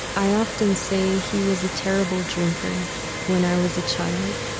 i often say he was a terrible drinker when i was a child